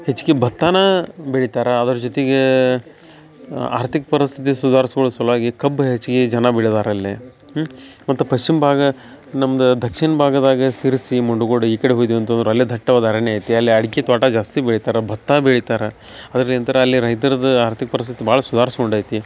ಹೆಚ್ಗಿ ಬತ್ತನಾ ಬೆಳಿತಾರ ಅದ್ರ ಜೊತಿಗೆ ಆರ್ಥಿಕ ಪರಸ್ಥಿತಿ ಸುಧಾರ್ಸ್ಕೊಳ್ಳೊ ಸಲುವಾಗಿ ಕಬ್ಬು ಹೆಚ್ಗೀ ಜನ ಬಿಳವಾರಲ್ಲಿ ಮತ್ತು ಪಶ್ಚಿಮ ಭಾಗ ನಮ್ಮದು ದಕ್ಷಿಣ ಭಾಗದಾಗ ಶಿರ್ಸಿ ಮುಂಡ್ಗೋಡು ಈ ಕಡೆ ಹೋಗಿದ್ವಿ ಅಂತಂದ್ರ ಅಲ್ಲೆ ದಟ್ಟವಾದ ಅರಣ್ಯ ಐತಿ ಅಲ್ಲಿ ಅಡ್ಕಿ ತ್ವಾಟ ಜಾಸ್ತಿ ಬೆಳಿತಾರೆ ಭತ್ತ ಬೆಳಿತಾರೆ ಅದರ್ಲಿಂತ್ರ ಅಲ್ಲಿ ರೈತ್ರದ ಆರ್ಪಥಿಕ ಪರಿಸ್ಥಿತಿ ಭಾಳ ಸುಧಾರ್ಸ್ಕೊಂಡು ಐತಿ